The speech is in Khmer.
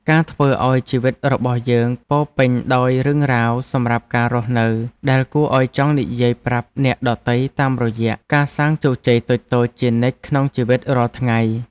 ការធ្វើឱ្យជីវិតរបស់អ្នកពោរពេញដោយរឿងរ៉ាវសម្រាប់ការរស់នៅដែលគួរឱ្យចង់និយាយប្រាប់អ្នកដទៃតាមរយៈការសាងជោគជ័យតូចៗជានិច្ចក្នុងជីវិតរាល់ថ្ងៃ។